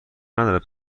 ندارد